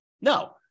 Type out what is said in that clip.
no